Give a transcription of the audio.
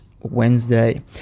Wednesday